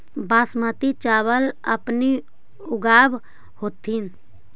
बासमती चाबल अपने ऊगाब होथिं?